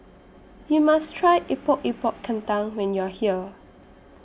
YOU must Try Epok Epok Kentang when YOU Are here